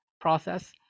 process